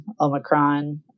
Omicron